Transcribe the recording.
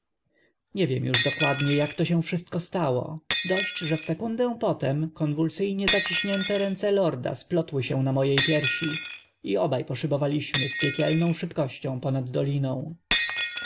nie wiem już dokładnie jak się to wszystko stało dość że w sekundę potem konwulsyjnie zaciśnięte ręce lorda splotły się na mojej piersi i obaj poszybowaliśmy z piekielną szybkością ponad doliną